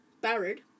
barred